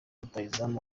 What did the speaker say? rutahizamu